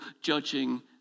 judging